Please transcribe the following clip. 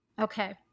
Okay